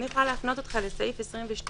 אבל אני יכולה להפנות אותך לסעיף 22ג(ה),